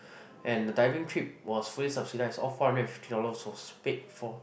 and the diving trip was fully subsidized all four hundred and fifty dollars was fully paid for